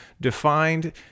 defined